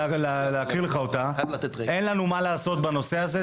אני יכול להקריא לך אותה: אין לנו מה לעשות בנושא הזה,